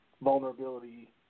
vulnerability